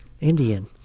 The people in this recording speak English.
Indian